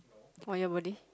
on your body